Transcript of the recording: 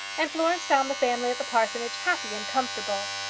and florence found the family at the parsonage happy and comfortable.